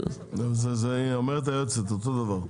זה אותו דבר.